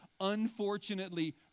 Unfortunately